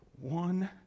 one